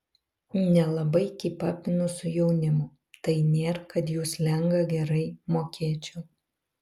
nelabai kypapinu su jaunimu tai nėr kad jų slengą gerai mokėčiau